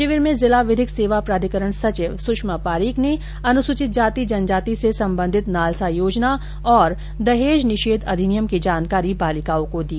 शिविर में जिला विधिक सेवा प्राधिकरण सचिव सुषमा पारीक ने अनुसूचित जाति जनजाति से संबंधित नालसा योजना और दहेज निषेध अधिनियम की जानकारी बालिकाओं को दी